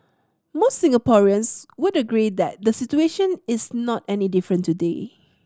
most Singaporeans would agree that the situation is not any different today